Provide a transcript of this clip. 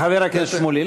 חבר הכנסת שמולי,